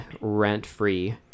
rent-free